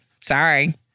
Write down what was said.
Sorry